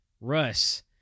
Russ